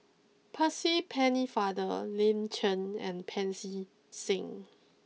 Percy Pennefather Lin Chen and Pancy Seng